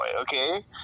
okay